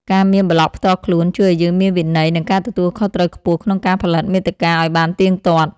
ការមានប្លក់ផ្ទាល់ខ្លួនជួយឱ្យយើងមានវិន័យ និងការទទួលខុសត្រូវខ្ពស់ក្នុងការផលិតមាតិកាឱ្យបានទៀងទាត់។